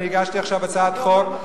אני הגשתי עכשיו הצעת חוק,